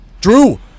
Drew